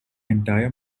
entire